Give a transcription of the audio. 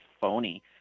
phony